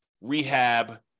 rehab